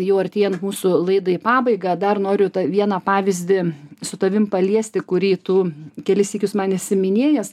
jau artėjant mūsų laidai į pabaigą dar noriu tą vieną pavyzdį su tavim paliesti kurį tu kelis sykius man esi minėjęs